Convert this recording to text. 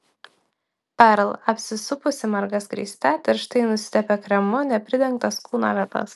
perl apsisupusi marga skraiste tirštai nusitepė kremu nepridengtas kūno vietas